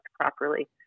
properly